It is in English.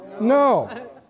No